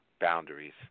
boundaries